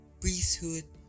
priesthood